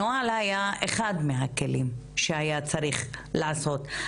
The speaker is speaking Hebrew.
הנוהל היה אחד מהכלים שהיה צריך לעשות.